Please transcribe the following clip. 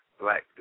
black